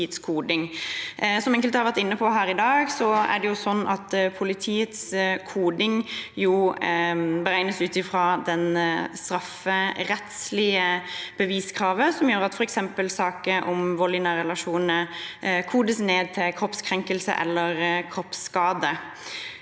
Som enkelte har vært inne på her i dag, er det slik at politiets koding beregnes ut fra det strafferettslige beviskravet, som gjør at f.eks. saker om vold i nære relasjoner kodes ned til «kroppskrenkelse» eller «kroppsskade».